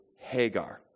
Hagar